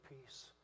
peace